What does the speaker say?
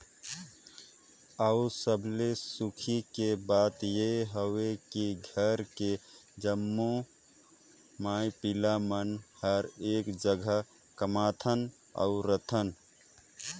अउ सबले खुसी के बात ये हवे की घर के जम्मो माई पिला मन हर एक जघा कमाथन अउ रहथन